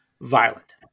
violent